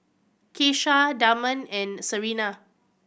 Keesha Damond and Serena